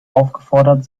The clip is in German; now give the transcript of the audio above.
aufgefordert